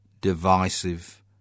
divisive